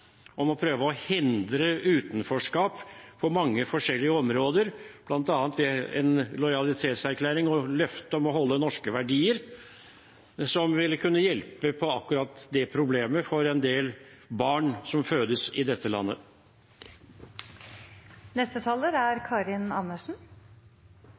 om å prøve å hindre utenforskap på mange forskjellige områder, bl.a. ved forslaget om en lojalitetserklæring og løfte om å holde norske verdier, som vil kunne hjelpe på akkurat det problemet for en del barn som fødes i dette landet.